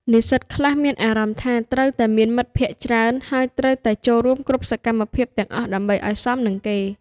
និស្សិតខ្លះមានអារម្មណ៍ថាត្រូវតែមានមិត្តភ័ក្តិច្រើន ហើយត្រូវតែចូលរួមគ្រប់សកម្មភាពទាំងអស់ដើម្បីឲ្យសមនឹងគេ។